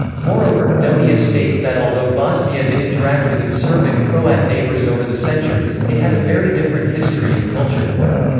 moreover, donia states that although bosnia did interact with its serb and croat neighbors over the centuries, it had a very different history and culture from them.